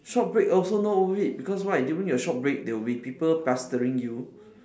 short break also not worth it because why during your short break there will be people pestering you